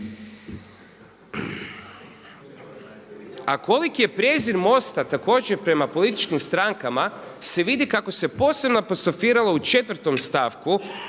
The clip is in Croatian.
A koliki je prijezir MOST-a također prema političkim strankama se vidi kako se posebno apostrofiralo u 4. stavku